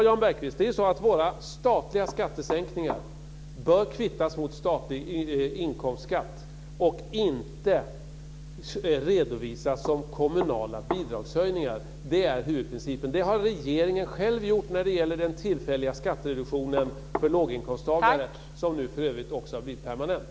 Jan Bergqvist, det är så att våra statliga skattesänkningar bör kvittas mot statlig inkomstskatt och inte redovisas som kommunala bidragshöjningar. Detta är huvudprincipen och så har regeringen själv gjort när det gäller den tillfälliga skattereduktionen för låginkomsttagare, vilken nu för övrigt också har blivit permanent.